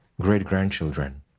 great-grandchildren